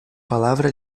palavra